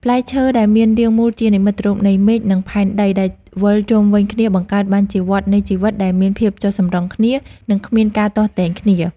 ផ្លែឈើដែលមានរាងមូលជានិមិត្តរូបនៃមេឃនិងផែនដីដែលវិលជុំវិញគ្នាបង្កើតបានជាវដ្តនៃជីវិតដែលមានភាពចុះសម្រុងគ្នា និង គ្មានការទាស់ទែងគ្នាឡើយ។